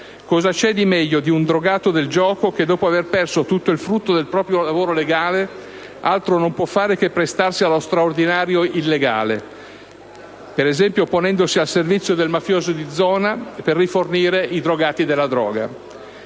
Cosa c'è di meglio di un drogato del gioco che, dopo aver perso tutto il frutto del proprio lavoro legale, altro non può fare che prestarsi allo straordinario illegale, per esempio ponendosi al servizio del mafioso di zona per rifornire i tossicodipendenti